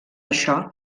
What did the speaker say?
això